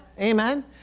Amen